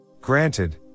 Granted